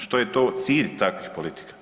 Što je to cilj takvih politika?